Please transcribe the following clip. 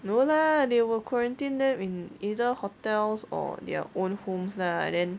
no lah they were quarantined there in either hotels or their own homes ah then